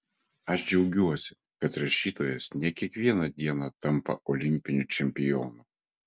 aš džiaugiuosi kad rašytojas ne kiekvieną dieną tampa olimpiniu čempionu